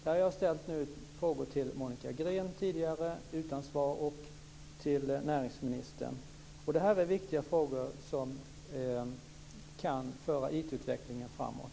Jag har ställt dessa frågor till Monica Green tidigare utan att få några svar. Jag ställer dem också till näringsministern. Detta är viktiga frågor som kan föra IT utvecklingen framåt.